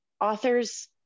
authors